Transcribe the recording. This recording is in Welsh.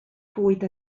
bwyd